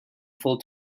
full